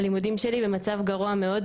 הלימודים שלי במצב גרוע מאוד,